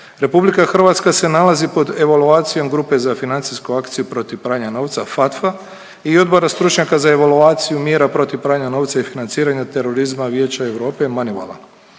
federacije, RH se nalazi pod evaluacijom grupe za financijsku akciju protiv pranja novca FATFA i odbora stručnjaka za evaluaciju mjera protiv pranja novca i financiranja terorizma Vijeća Europe MONEYVAL-a.